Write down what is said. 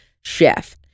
chef